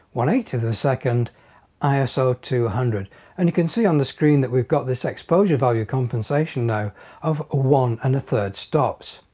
a to the second iso two hundred and you can see on the screen that we've got this exposure value compensation now of one and a third stops.